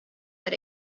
that